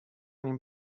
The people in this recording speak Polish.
nim